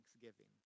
thanksgiving